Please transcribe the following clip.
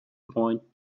point